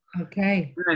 Okay